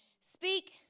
speak